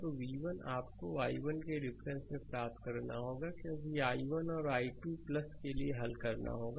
तो v1 आपको i1 के रिफरेंस में प्राप्त करना होगा क्योंकि i1 और i2 के लिए हल करना होगा